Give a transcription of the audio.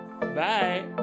Bye